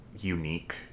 unique